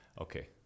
okay